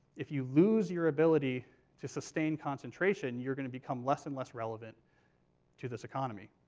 if you lose your ability to sustain concentration, you're going to become less and less relevant to this economy.